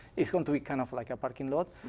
it's going to be kind of like parking lot.